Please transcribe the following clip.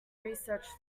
research